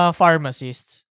pharmacists